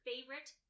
favorite